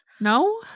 No